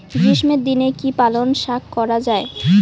গ্রীষ্মের দিনে কি পালন শাখ করা য়ায়?